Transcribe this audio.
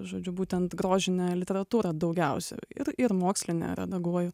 žodžiu būtent grožinę literatūrą daugiausia ir ir mokslinę redaguoju